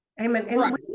Amen